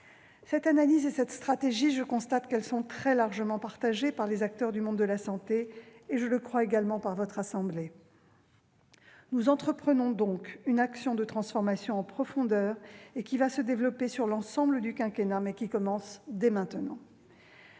cette analyse et cette stratégie sont très largement partagées par les acteurs du monde de la santé et, je le crois également, par votre Haute Assemblée. Nous entreprenons donc une action de transformation en profondeur, qui va se développer sur l'ensemble du quinquennat, mais qui commence dès maintenant.